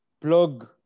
Plug